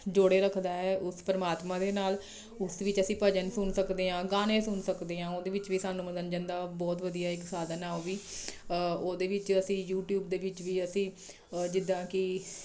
ਜੋੜੇ ਰੱਖਦਾ ਹੈ ਉਸ ਪਰਮਾਤਮਾ ਦੇ ਨਾਲ ਉਸ ਦੇ ਵਿੱਚ ਅਸੀਂ ਭਜਨ ਸੁਣ ਸਕਦੇ ਹਾਂ ਗਾਣੇ ਸੁਣ ਸਕਦੇ ਹਾਂ ਉਹਦੇ ਵਿੱਚ ਵੀ ਸਾਨੂੰ ਮੰਨੋਰੰਜਨ ਦਾ ਬਹੁਤ ਵਧੀਆ ਇੱਕ ਸਾਧਨ ਹੈ ਉਹ ਵੀ ਉਹਦੇ ਵਿੱਚ ਅਸੀਂ ਯੂਟੀਊਬ ਦੇ ਵਿੱਚ ਵੀ ਅਸੀਂ ਜਿੱਦਾਂ ਕਿ